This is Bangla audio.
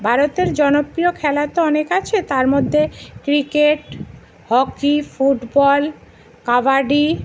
ভারতের জনপ্রিয় খেলা তো অনেক আছে তার মধ্যে ক্রিকেট হকি ফুটবল কাবাডি